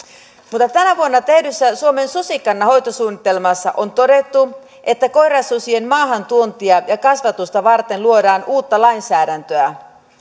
mutta tänä vuonna tehdyssä suomen susikannan hoitosuunnitelmassa on todettu että koirasusien maahantuontia ja kasvatusta varten luodaan uutta lainsäädäntöä